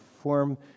form